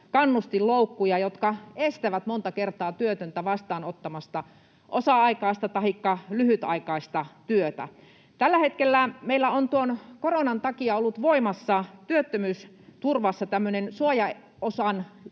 kannustinloukkuja, jotka estävät monta kertaa työtöntä vastaanottamasta osa-aikaista tahikka lyhytaikaista työtä. Tällä hetkellä meillä on tuon koronan takia ollut voimassa työttömyysturvassa tämmöinen